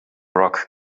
rock